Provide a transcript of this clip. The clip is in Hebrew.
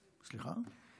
סליחה?